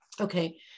Okay